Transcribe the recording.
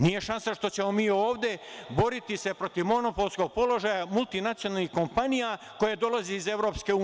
Nije šansa što ćemo se mi ovde boriti protiv monopolskog položaja multinacionalnih kompanija koje dolaze iz EU.